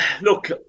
look